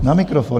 Na mikrofon.